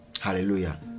Hallelujah